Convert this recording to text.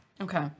Okay